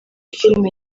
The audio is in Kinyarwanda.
filime